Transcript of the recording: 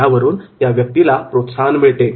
यावरून त्या व्यक्तीला प्रोत्साहन मिळते